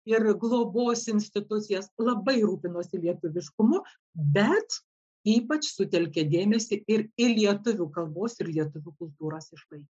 ir globos institucijas labai rūpinosi lietuviškumu bet ypač sutelkė dėmesį ir į lietuvių kalbos ir lietuvių kultūros išlaikymą